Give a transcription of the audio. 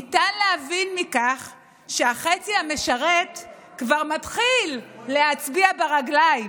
ניתן להבין מכך שהחצי המשרת כבר מתחיל להצביע ברגליים.